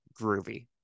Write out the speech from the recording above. groovy